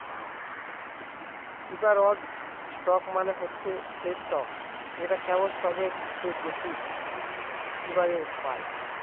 preferred stock মানে হচ্ছে সেই স্টক যেটা কমন স্টকের চেয়ে বেশি প্রিফারেন্স পায়